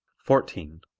fourteen.